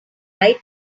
eye